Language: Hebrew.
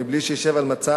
בלי שישב על מצע